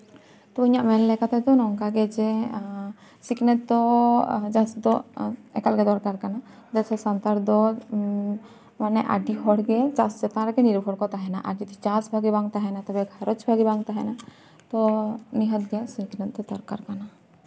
ᱛᱚᱵᱮ ᱤᱧᱟᱹᱜ ᱢᱮᱱ ᱞᱮᱠᱟ ᱛᱮᱫᱚ ᱱᱚᱝᱠᱟᱜᱮ ᱡᱮ ᱥᱤᱠᱷᱱᱟᱹᱛ ᱫᱚ ᱪᱟᱥ ᱫᱚ ᱮᱠᱟᱞᱜᱮ ᱫᱚᱨᱠᱟᱨ ᱠᱟᱱᱟ ᱪᱮᱫᱟᱜ ᱥᱮ ᱥᱟᱱᱛᱟᱲ ᱫᱚ ᱢᱟᱱᱮ ᱟᱹᱰᱤ ᱦᱚᱲᱜᱮ ᱪᱟᱥ ᱪᱮᱛᱟᱱ ᱨᱮᱜᱮ ᱱᱤᱨᱵᱷᱚᱨ ᱠᱚ ᱛᱟᱦᱮᱸᱱᱟ ᱟᱨ ᱡᱩᱫᱤ ᱪᱟᱥ ᱵᱷᱟᱹᱜᱤ ᱵᱟᱝ ᱛᱟᱦᱮᱸᱱᱟ ᱟᱨ ᱡᱩᱫᱤ ᱪᱟᱥ ᱵᱷᱟᱜᱮ ᱵᱟᱝ ᱛᱟᱦᱮᱸᱱᱟ ᱛᱚᱵᱮ ᱜᱷᱟᱨᱚᱸᱡᱽ ᱵᱷᱟᱹᱜᱤ ᱵᱟᱝ ᱛᱟᱦᱮᱸᱱᱟ ᱛᱚ ᱱᱤᱦᱟᱹᱛ ᱜᱮ ᱥᱤᱠᱷᱱᱟᱹᱛ ᱫᱚ ᱫᱚᱨᱠᱟᱨ ᱠᱟᱱᱟ